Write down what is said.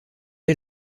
est